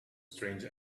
strange